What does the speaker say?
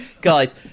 guys